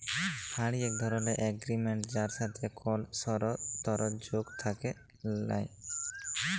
হুঁড়ি এক ধরলের এগরিমেনট যার সাথে কল সরতর্ যোগ থ্যাকে ল্যায়